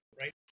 right